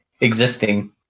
existing